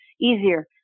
easier